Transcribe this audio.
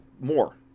more